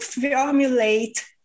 formulate